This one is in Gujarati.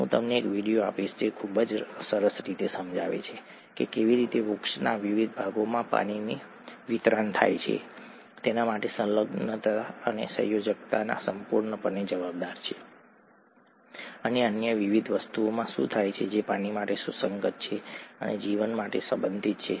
હું તમને એક વિડિયો આપીશ જે ખૂબ જ સરસ રીતે સમજાવે છે કે કેવી રીતે વૃક્ષના વિવિધ ભાગોમાં પાણીનું વિતરણ થાય છે તેના માટે સંલગ્નતા અને સંયોજકતા સંપૂર્ણપણે જવાબદાર છે અને અન્ય વિવિધ વસ્તુઓમાં શું થાય છે જે પાણી માટે સુસંગત છે અને જીવન માટે સંબંધિત છે